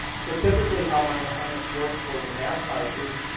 so typically how my assignments work for the math side is,